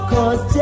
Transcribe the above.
Cause